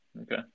Okay